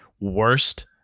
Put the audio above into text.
worst